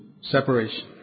Separation